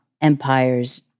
empires